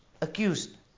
accused